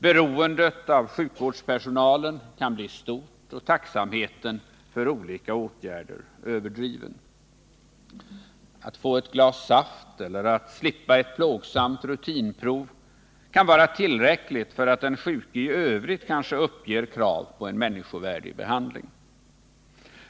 Beroendet av sjukvårdspersonalen kan bli stort och tacksamheten för olika åtgärder överdriven. Att få ett glas saft eller att slippa ett plågsamt rutinprov kan vara tillräckligt för att den sjuke i övrigt kanske uppger krav på en människovärdig behandling.